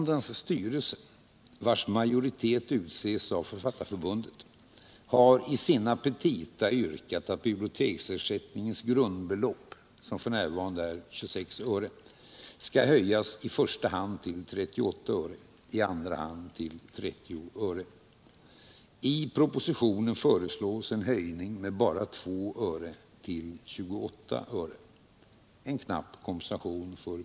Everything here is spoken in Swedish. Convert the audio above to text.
Detta är mitt tionde år i riksdagen.